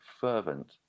fervent